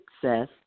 Success